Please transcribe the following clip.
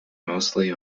mostly